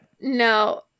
no